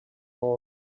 all